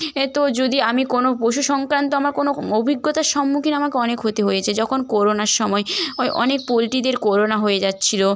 হ্যাঁ তো যদি আমি কোনো পশু সংক্রান্ত আমার কোনো অভিজ্ঞতার সম্মুখীন আমাকে অনেক হতে হয়েছে যখন কোরোনার সময় ওয় অনেক পোলট্রিদের কোরোনা হয়ে যাচ্ছিলো